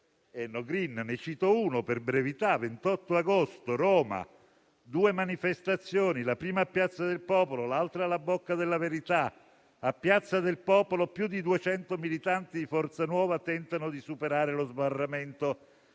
Per brevità ne cito uno: il 28 agosto, a Roma, due manifestazioni, la prima a Piazza del Popolo e l'altra alla Bocca della Verità. A Piazza del Popolo, più di duecento militanti di Forza Nuova tentano di superare lo sbarramento